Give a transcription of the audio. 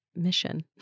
mission